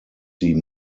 sie